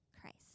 Christ